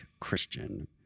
Christian